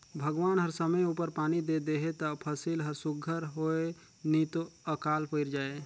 भगवान हर समे उपर पानी दे देहे ता फसिल हर सुग्घर होए नी तो अकाल पइर जाए